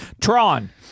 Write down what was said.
Tron